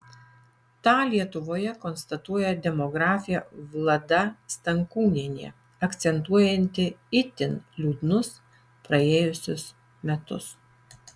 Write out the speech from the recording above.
tą lietuvoje konstatuoja demografė vlada stankūnienė akcentuojanti itin liūdnus praėjusius metus